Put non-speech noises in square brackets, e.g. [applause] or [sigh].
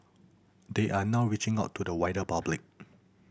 they are now reaching out to the wider public [noise]